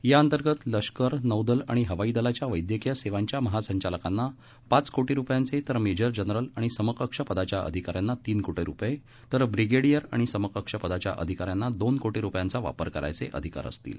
याअंतर्गत लष्कर नौदल आणि हवाई दलाच्या वव्वयकीय सेवांच्या महासंचालकांना पाच कोटी रुपयांचे तर मेजर जनरल आणि समकक्ष पदाच्या अधिकाऱ्यांना तीन कोटी रुपये तर ब्रिगेडिअर आणि समकक्ष पदाच्या अधिकाऱ्यांना दोन कोटी रुपयांचा वापर करायचे अधिकार असतील